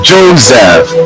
Joseph